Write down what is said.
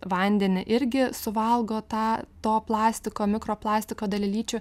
vandenį irgi suvalgo tą to plastiko mikroplastiko dalelyčių